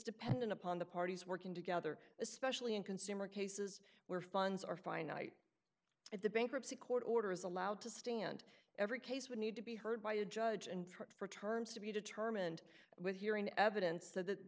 dependent upon the parties working together especially in consumer cases where funds are finite if the bankruptcy court order is allowed to stand every case would need to be heard by a judge and for terms to be determined with hearing evidence that